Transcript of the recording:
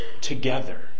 together